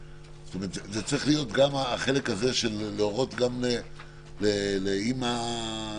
זאת אומרת שזה צריך להיות גם החלק הזה של להורות גם לאימא שחולה